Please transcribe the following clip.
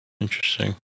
Interesting